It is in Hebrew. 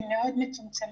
הם מאוד מצומצמים.